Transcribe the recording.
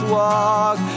walk